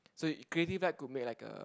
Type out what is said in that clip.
so you creative lab could make like a